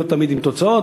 לא תמיד עם תוצאות.